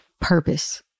purpose